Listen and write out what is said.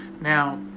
now